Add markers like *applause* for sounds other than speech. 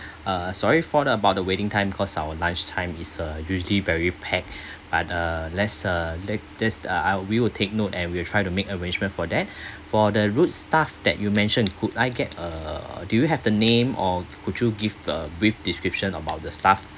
*breath* uh sorry for about the waiting time cause our lunch time is uh usually very packed *breath* but uh let's uh let this uh I'll we will take note and we'll try to make arrangement for that *breath* for the rude staff that you mentioned could I get err do you have the name or could you give a brief description about the staff *breath*